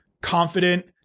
confident